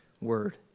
word